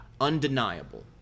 Undeniable